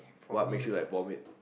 what makes you like vomit